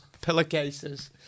pillowcases